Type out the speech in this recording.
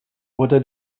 oder